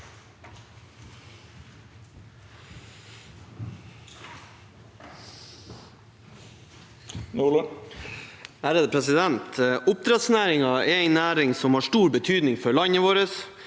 le- der): Oppdrettsnæringen er en næring som har stor betydning for landet vårt.